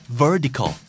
vertical